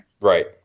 Right